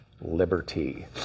liberty